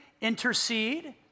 intercede